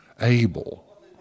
able